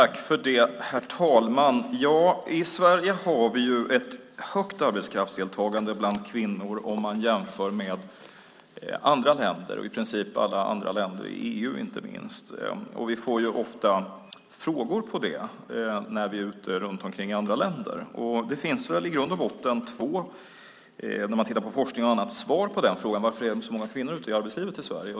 Herr talman! I Sverige har vi ett högt arbetskraftsdeltagande bland kvinnor om vi jämför med andra länder, inte minst i princip alla andra länder i EU. Vi får ofta frågor om detta när vi besöker andra länder. Det finns väl i grund och botten, när man tittar på forskning och annat, två svar på frågan varför det är så många kvinnor ute i arbetslivet i Sverige.